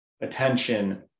attention